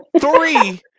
Three